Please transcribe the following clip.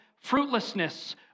fruitlessness